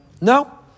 No